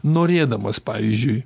norėdamas pavyzdžiui